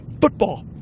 Football